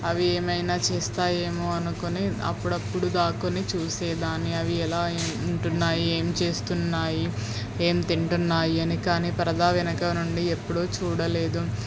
అవి ఏమైనా చేస్తాయోమో అనుకుని అప్పుడప్పుడు దాక్కుని చూసేదాన్ని అవి ఎలా ఉంటున్నాయి ఏం చేస్తున్నాయి ఏం తింటున్నాయి అని కానీ పరదా వెనకనుండి ఎప్పుడూ చూడలేదు